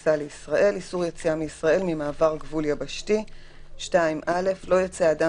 איסור יציאה מישראל ממעבר גבול יבשתי (א) לא יצא אדם